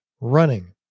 running